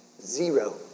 zero